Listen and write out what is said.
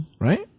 right